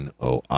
NOI